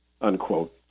unquote